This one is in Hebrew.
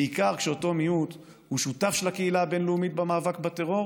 ובעיקר כשאותו מיעוט הוא שותף של הקהילה הבין-לאומית במאבק בטרור,